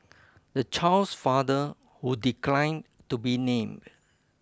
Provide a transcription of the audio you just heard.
the child's father who declined to be named